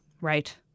right